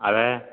അതേ